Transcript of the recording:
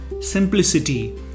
Simplicity